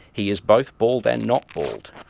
he is both bald and not bald.